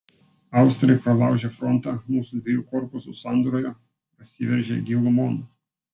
austrai pralaužę frontą mūsų dviejų korpusų sandūroje prasiveržė gilumon